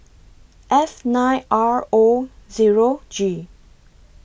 F nine R O Zero G